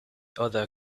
other